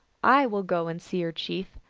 i will go and see your chief,